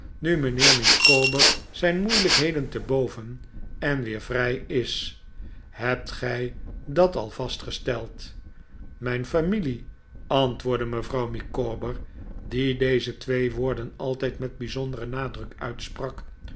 nu mijnheer micawber zijn moeilijkheden te boven en weer vrij is hebt gij dat al vastgesteld mijn familie antwoordde mevrouw micawber die deze twee woorden altijd met bijzonderen nadruk uitsprak